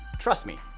trust me,